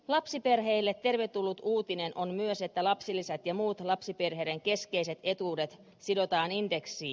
lapsiperheille tervetullut uutinen on myös että lapsilisät ja muut lapsiperheiden keskeiset etuudet sidotaan indeksiin